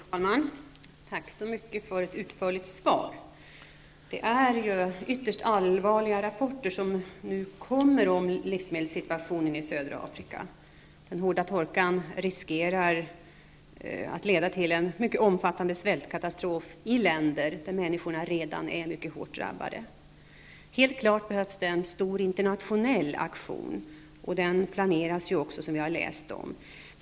Fru talman! Jag tackar Alf Svensson så mycket för ett utförligt svar. Det är ytterst allvarliga rapporter som nu kommer om livsmedelssituationen i södra Afrika. Den hårda torkan riskerar att leda till en mycket omfattande svältkatastrof i länder där människorna redan är mycket hårt drabbade. Helt klart behövs en stor internationell aktion, och en sådan planeras också, som vi har läst.